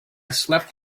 slept